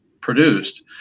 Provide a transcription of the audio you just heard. produced